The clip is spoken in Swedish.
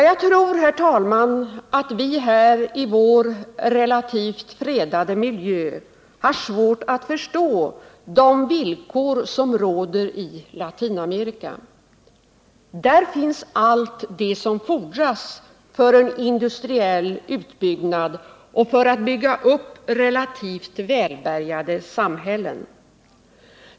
Jag tror, herr talman, att vi här i vår relativt fredade miljö har svårt för att förstå de villkor som råder i Latinamerika. Där finns allt det som fordras för en industriell utbyggnad och för att bygga upp relativt välbärgade samhällen.